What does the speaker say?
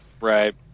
Right